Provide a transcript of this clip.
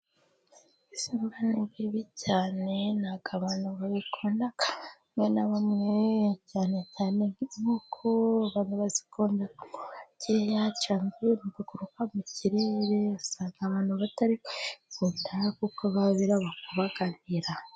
Ibisimba ni bibi cyane ntabwo abantu babikunda, bamwe na bamwe, cyane cyane nk'inkoko, abantu bazikundamo gakeya cyangwa ibintu biguruka mu kirere, usanga abantu batari kubikunda, kuko biba birabakubaganira.